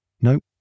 Nope